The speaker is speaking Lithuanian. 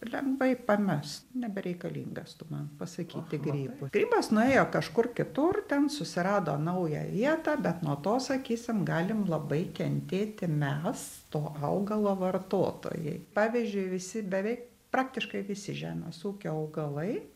lengvai pamest nebereikalingas tu man pasakyti grybui grybas nuėjo kažkur kitur ten susirado naują vietą bet nuo to sakysim galim labai kentėti mes to augalo vartotojai pavyzdžiui visi beveik praktiškai visi žemės ūkio augalai